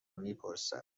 میپرسد